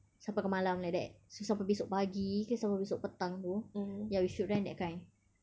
sampai ke malam like that so sampai esok pagi ke sampai esok petang tu ya we should rent that kind